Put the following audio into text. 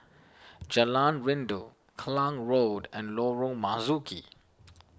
Jalan Rindu Klang Road and Lorong Marzuki